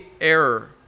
error